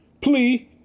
Plea